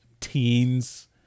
teens